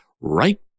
right